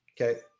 Okay